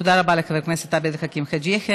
תודה רבה לחבר הכנסת עבד אל חכים חאג' יחיא.